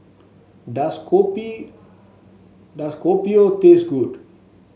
does kopi does Kopi O taste good